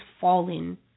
fallen